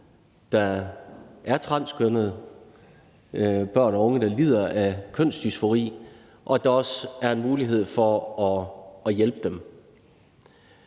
der er transkønnede, børn og unge, der lider af kønsdysfori, og at der også er en mulighed for at hjælpe dem.